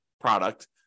product